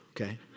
okay